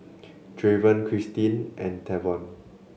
Draven Christeen and Tavon